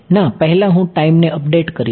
ના પહેલા હું ટાઈમને અપડેટ કરીશ